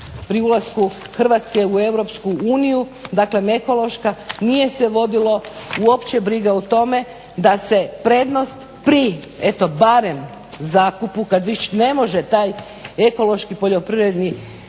pri ulasku Hrvatske u Europsku uniju, dakle ekološka nije se vodila uopće briga o tome da se prednost pri eto barem zakupu kad već ne može taj ekološki poljoprivredni